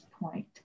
point